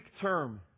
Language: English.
term